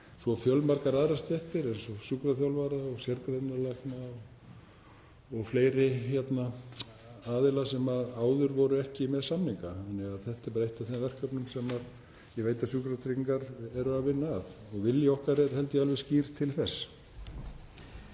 svo fjölmargar aðrar stéttir eins og sjúkraþjálfara og sérgreinalækna og fleiri aðila sem áður voru ekki með samninga. Þetta er bara eitt af þeim verkefnum sem ég veit að Sjúkratryggingar eru að vinna að. Vilji okkar er, held ég, alveg skýr til þess.